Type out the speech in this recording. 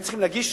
הם צריכים להגיש